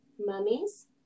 mummies